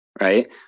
Right